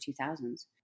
2000s